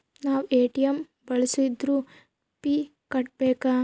ನಾವ್ ಎ.ಟಿ.ಎಂ ಬಳ್ಸಿದ್ರು ಫೀ ಕಟ್ಬೇಕು